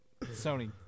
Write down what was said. sony